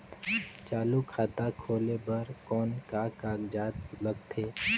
चालू खाता खोले बर कौन का कागजात लगथे?